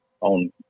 on